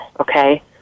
okay